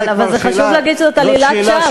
אבל חשוב להגיד שזאת עלילת שווא.